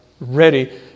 ready